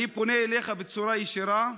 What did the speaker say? אני פונה אליך בצורה ישירה: